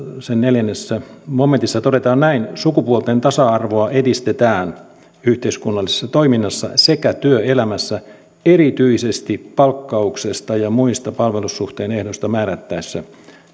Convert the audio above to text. sen neljännessä momentissa todetaan näin sukupuolten tasa arvoa edistetään yhteiskunnallisessa toiminnassa sekä työelämässä erityisesti palkkauksesta ja muista palvelussuhteen ehdoista määrättäessä